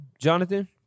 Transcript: Jonathan